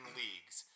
leagues